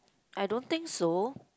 I don't think so